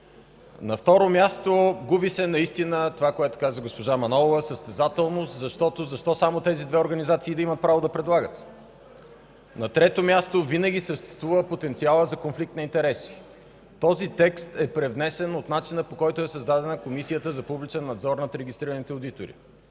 На второ място, губи се наистина това, което каза госпожа Манолова – състезателност, защото: защо само тези две организации да имат право да предлагат? На трето място, винаги съществува потенциалът за конфликт на интереси. Този текст е превнесен от начина, по който е създадена Комисията за публичен надзор над регистрираните одитори,